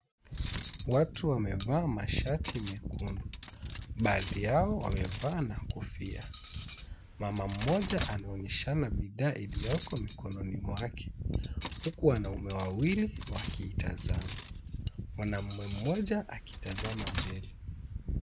Watu wamevaa mashati mekundu, baadhi yao wamevaa na kofia. Mama mmoja anaonyeshana bidhaa iliyoko mikononi mwake huku wanaume wawili wakiitazama. Mwanamume mmoja akitazama mbele.